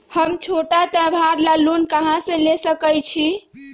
हम छोटा त्योहार ला लोन कहां से ले सकई छी?